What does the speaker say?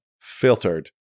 filtered